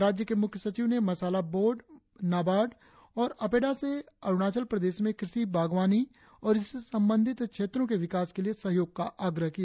राज्य के मुख्य सचिव ने मसाला बोर्ड नाबार्ड और अपेडा से अरुणाचल प्रदेश में कृषि बागवानी और इससे संबंधित क्षेत्रों के विकास के लिए सहयोग का आग्रह किया